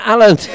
Alan